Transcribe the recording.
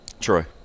Troy